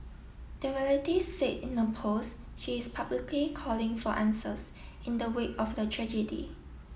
the relative said in a post she is publicly calling for answers in the wake of the tragedy